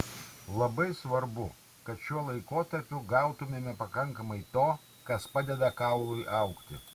labai svarbu kad šiuo laikotarpiu gautumėme pakankamai to kas padeda kaului augti